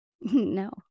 No